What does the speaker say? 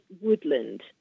woodland